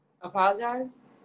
Apologize